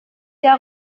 der